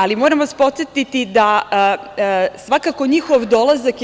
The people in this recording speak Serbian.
Ali, moram vas podsetiti da je svakako njihov dolazak